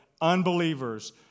unbelievers